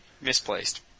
misplaced